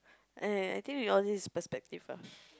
err I think with all this perspective ah